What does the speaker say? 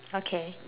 okay